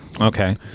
Okay